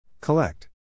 Collect